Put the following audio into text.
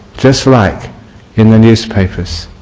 just like in the newspapers.